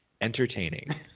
entertaining